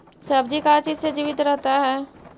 सब्जी का चीज से जीवित रहता है?